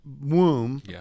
womb